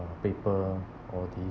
ah paper all these~